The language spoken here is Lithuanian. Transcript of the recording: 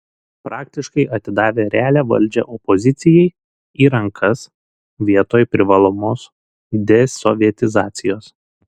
praktiškai atidavę realią valdžią opozicijai į rankas vietoj privalomos desovietizacijos